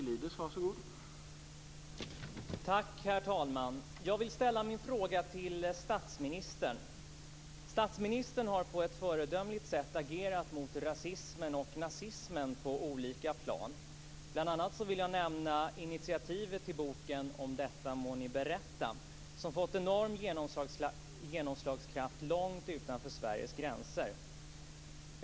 Herr talman! Jag vill ställa min fråga till statsministern. Statsministern har på ett föredömligt sätt agerat mot rasismen och nazismen på olika plan. Bl.a. vill jag nämna initiativet till boken . om detta må ni berätta ., som fått enorm genomslagskraft långt utanför Sveriges gränser.